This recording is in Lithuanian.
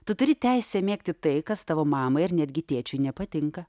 tu turi teisę mėgti tai kas tavo mamai ar netgi tėčiui nepatinka